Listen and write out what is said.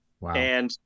Wow